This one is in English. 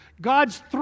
God's